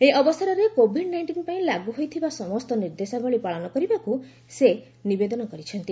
ଏହି ଅବସରରେ covid nineteen ପାଇଁ ଲାଗୁ ହୋଇଥିବା ସମସ୍ତ ନିର୍ଦ୍ଦେଶାବଳୀ ପାଳନ କରିବାକୁ ସେ ନିବେଦନ କରିଛନ୍ତି